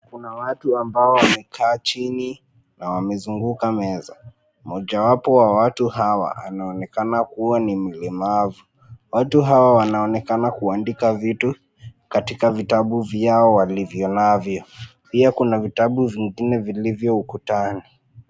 Kuna watu ambao wamekaa chini na wamezunguka meza, moja wapo wa watu hawa anaonekana kuwa ni mlemavu. Watu hawa wanaonekana kuandika vitu katika vitabu vyao walivyo navyo pia kuna vitabu vingine vilivyo ukutani.